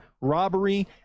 robbery